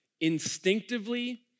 instinctively